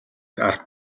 ард